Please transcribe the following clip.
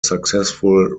successful